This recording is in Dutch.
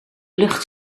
lucht